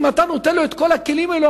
אם אתה נותן לו את כל הכלים האלו,